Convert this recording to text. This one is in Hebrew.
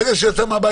ברגע שהוא יצא מהבית,